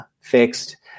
fixed